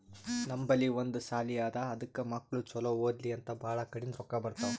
ನಮ್ ಬಲ್ಲಿ ಒಂದ್ ಸಾಲಿ ಅದಾ ಅದಕ್ ಮಕ್ಕುಳ್ ಛಲೋ ಓದ್ಲಿ ಅಂತ್ ಭಾಳ ಕಡಿಂದ್ ರೊಕ್ಕಾ ಬರ್ತಾವ್